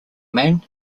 man